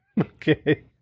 Okay